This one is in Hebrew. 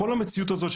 בתוך המציאות הזו,